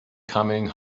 coming